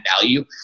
value